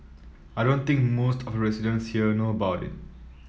I don't think most of the residents here know about it